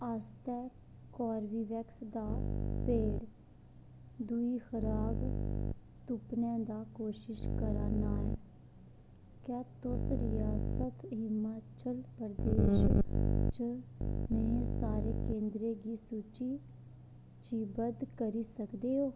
आस्तै कोर्वैक्स टीका दी खुराक कोशिश करा न क्या तुस केंद्रें दी सूची करी सकदे ओ